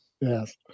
Yes